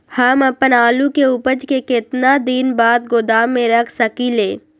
हम अपन आलू के ऊपज के केतना दिन बाद गोदाम में रख सकींले?